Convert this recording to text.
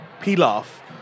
pilaf